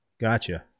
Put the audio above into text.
Gotcha